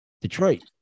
Detroit